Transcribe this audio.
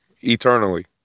eternally